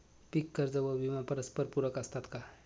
पीक कर्ज व विमा परस्परपूरक असतात का?